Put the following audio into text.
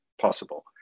possible